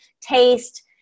taste